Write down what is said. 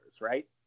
right